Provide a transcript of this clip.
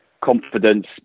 confidence